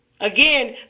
Again